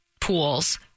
pools